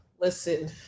Listen